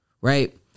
Right